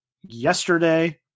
yesterday